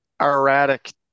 erratic